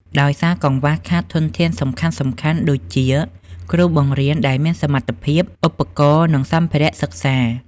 ដោយសារកង្វះខាតធនធានសំខាន់ៗដូចជា គ្រូបង្រៀនដែលមានសមត្ថភាព ឧបករណ៍ និងសម្ភារៈសិក្សា។